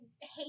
hate